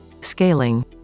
Scaling